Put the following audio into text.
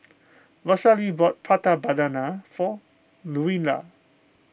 Rosalee bought Prata Banana for Luella